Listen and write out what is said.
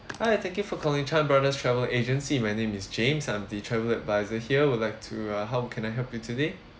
hi thank you for calling chan brothers travel agency my name is james I'm the travel advisor here would like to uh how can I help you today